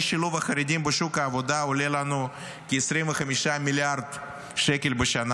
אי-שילוב החרדים בשוק העבודה עולה לנו כ-25 מיליארד שקל בשנה.